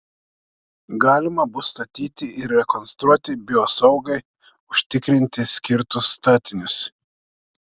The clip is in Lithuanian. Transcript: galima bus statyti ir rekonstruoti biosaugai užtikrinti skirtus statinius